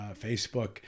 Facebook